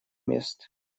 мест